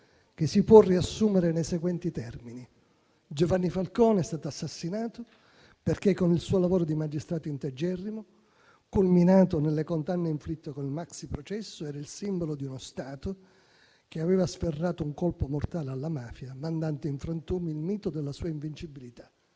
che si può riassumere nei seguenti termini: Giovanni Falcone è stato assassinato perché con il suo lavoro di magistrato integerrimo, culminato nelle condanne inflitte con il maxiprocesso, era il simbolo di uno Stato che aveva sferrato un colpo mortale alla mafia, mandando in frantumi il mito della sua invincibilità.